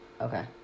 Okay